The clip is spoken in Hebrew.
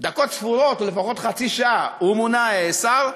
דקות ספורות, לפחות חצי שעה, הוא מונה לשר,